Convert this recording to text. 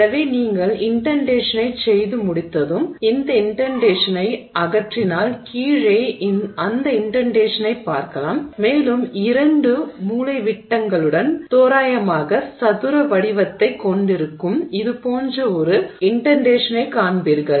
எனவே நீங்கள் இன்டென்டேஷனைச் செய்து முடித்ததும் இந்த இன்டென்டேஷனை அகற்றினால் கீழே அந்த இன்டென்டேஷனைப் பார்க்கலாம் மேலும் இரண்டு மூலைவிட்டங்களுடன் தோராயமாக சதுர வடிவத்தைக் கொண்டிருக்கும் இது போன்ற ஒரு உள்தள்ளலைக் காண்பீர்கள்